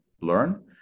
learn